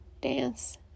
dance